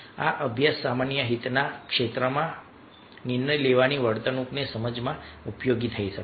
આ અભ્યાસ સામાન્ય હિતના ક્ષેત્રમાં નિર્ણય લેવાની વર્તણૂકને સમજવામાં ઉપયોગી થઈ શકે છે